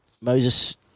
Moses